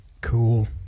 Cool